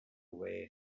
way